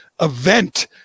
event